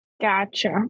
gotcha